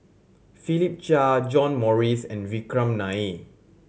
Philip Chia John Morrice and Vikram Nair